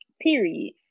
period